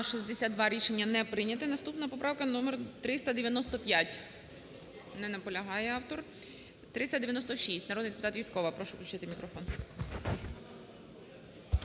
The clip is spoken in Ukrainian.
Рішення не прийнято. Наступна поправка - номер 395. Не наполягає автор. 396. Народний депутат Юзькова, прошу включити мікрофон.